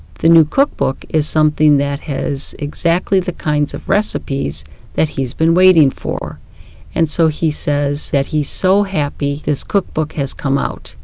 the new cookbook is something that has exactly the kinds of recipes that he's been waiting for and so he says that he's so happy that this cookbook has come out.